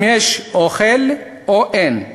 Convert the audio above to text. אם יש אוכל או אין.